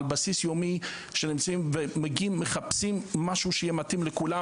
בסיס יומי ומחפשים משהו שיהיה מתאים לכולם.